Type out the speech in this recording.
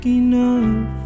enough